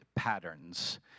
patterns